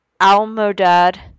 Almodad